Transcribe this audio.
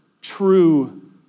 true